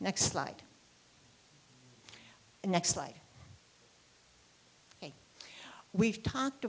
next slide in next life and we've talked